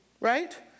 Right